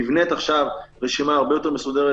נבנית עכשיו רשימה הרבה יותר מסודרת